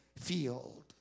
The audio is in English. field